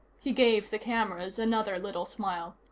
he gave the cameras another little smile.